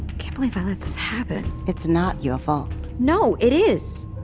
can't believe i let this happen! it's not your fault no, it is.